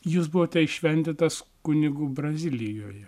jūs buvote įšventintas kunigu brazilijoje